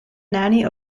nanny